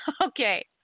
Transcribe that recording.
Okay